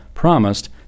promised